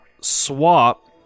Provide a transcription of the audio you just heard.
swap